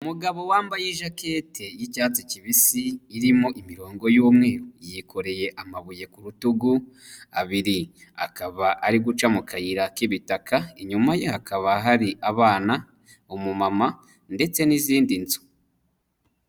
Umugabo wambaye ijakete y'icyatsi kibisi irimo imirongo y'umweru yikoreye amabuye ku rutugu abiri, akaba ari guca mu kayira k'ibitaka, inyuma ye hakaba hari abana, umumama ndetse n'izindi nzu.